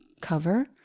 cover